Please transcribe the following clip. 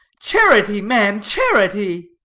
charity, man, charity.